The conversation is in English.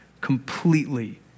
completely